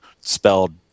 spelled